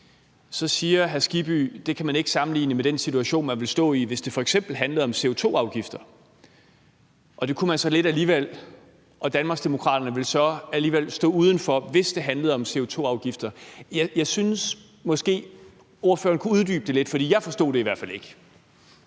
Hans Kristian Skibby: Det kan man ikke sammenligne med den situation, man ville stå i, hvis det f.eks. handlede om CO2-afgifter. Men det kan man så lidt alligevel, og Danmarksdemokraterne vil så alligevel stå uden for, hvis det handler om CO2-afgifter. Jeg synes måske godt, ordføreren kunne uddybe det lidt, for jeg forstod det i hvert fald ikke.